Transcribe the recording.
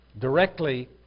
directly